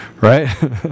Right